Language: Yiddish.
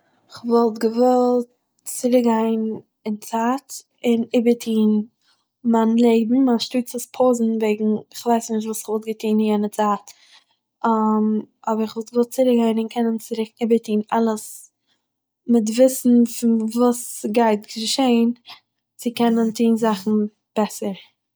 איך וואלט געוואלט צוריקגיין אין צייט און איבערטוהן מיין לעבן אנשטאטס עס פאוזן וועגן כ'ווייס נישט וואס איך וואלט געטוהן יענע צייט אבער איך וואלט געוואלט צוריקגיין און קענען צוריק איבערטוהן אלעס מ'וועט וויסן וואס גייט געשען צו קענען טוהן זאכן בעסער